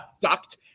sucked